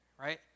right